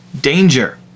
danger